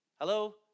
Hello